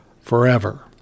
forever